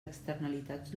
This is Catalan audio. externalitats